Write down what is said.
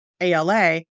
ALA